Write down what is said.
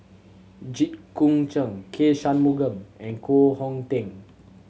Jit Koon Ch'ng K Shanmugam and Koh Hong Teng